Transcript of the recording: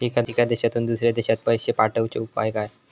एका देशातून दुसऱ्या देशात पैसे पाठवचे उपाय काय?